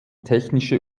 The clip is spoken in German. technische